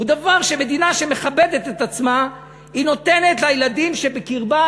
דבר שמדינה שמכבדת את עצמה נותנת לילדים שבקרבה.